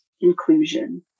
inclusion